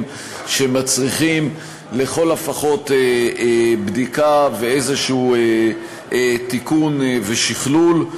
שמצריכים לכל הפחות בדיקה ואיזה תיקון ושכלול.